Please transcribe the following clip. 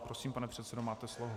Prosím, pane předsedo, máte slovo.